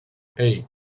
hey